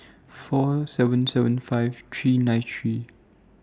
four seven seven five three nine three